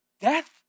death